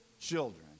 children